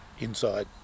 inside